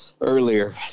earlier